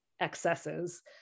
excesses